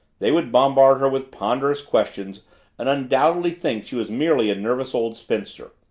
they would bombard her with ponderous questions and undoubtedly think she was merely a nervous old spinster.